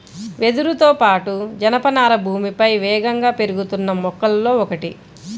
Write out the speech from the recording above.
వెదురుతో పాటు, జనపనార భూమిపై వేగంగా పెరుగుతున్న మొక్కలలో ఒకటి